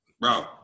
Bro